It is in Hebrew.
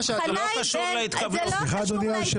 זה לא קשור להתקבלות.